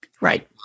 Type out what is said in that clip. Right